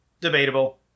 Debatable